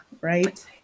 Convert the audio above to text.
right